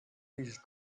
his